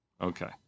Okay